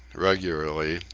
regularly,